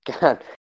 God